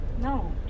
No